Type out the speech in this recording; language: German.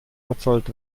verzollt